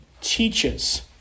teaches